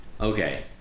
okay